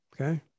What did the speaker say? Okay